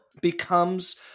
becomes